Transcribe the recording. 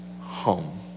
home